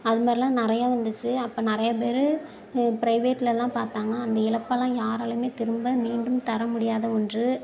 அது மாதிரிலாம் நிறையா வந்துச்சு அப்போ நிறையா பேர் ப்ரைவேட்லெலான் பார்த்தாங்க அந்த இழப்ப எல்லாம் யாராலையுமே திரும்ப மீண்டும் தர முடியாத ஒன்று